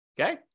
Okay